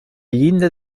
llinda